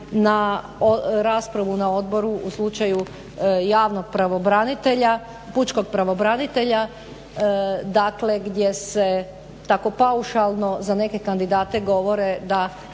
na raspravu na odboru u slučaju javnog pravobranitelja, pučkog pravobranitelja, dakle gdje se tako paušalno za neke kandidate govore da